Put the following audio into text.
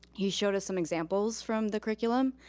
he showed us some examples from the curriculum.